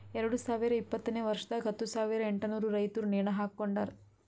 ಎರಡು ಸಾವಿರ ಇಪ್ಪತ್ತನೆ ವರ್ಷದಾಗ್ ಹತ್ತು ಸಾವಿರ ಎಂಟನೂರು ರೈತುರ್ ನೇಣ ಹಾಕೊಂಡಾರ್